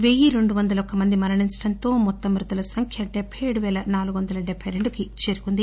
పెయ్యి రెండు వందల ఒక్క మంది మరణించడంతో మొత్తం మృతుల సంఖ్య డెబ్బై ఏడు పేల నాలుగు వందల డెబ్బై రెండు చేరుకుంది